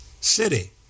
city